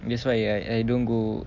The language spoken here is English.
that's why I I I don't go